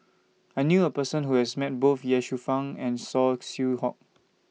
I knew A Person Who has Met Both Ye Shufang and Saw Swee Hock